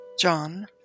John